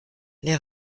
les